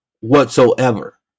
whatsoever